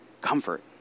comfort